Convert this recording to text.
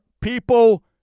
people